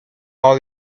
all